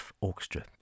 Orchestra